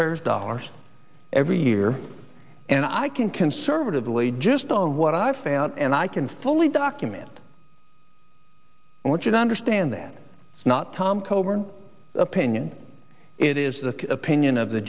taxpayers dollars every year and i can conservatively just on what i found and i can fully document i want you to understand that not tom coburn opinion it is the opinion of the